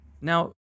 Now